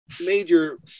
major